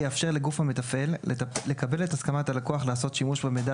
יאפשר לגוף המתפעל לקבל את הסכמת הלקוח לעשות שימוש במידע